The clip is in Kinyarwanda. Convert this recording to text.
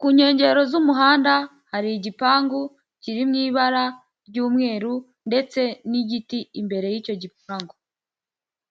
ku nkengero z'umuhanda hari igipangu kiri mu ibara ry'umweru ndetse n'igiti imbere y'icyo gipangu.